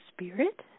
spirit